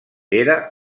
era